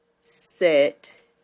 set